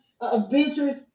adventures